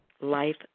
Life